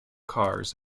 cars